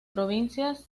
provincias